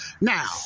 Now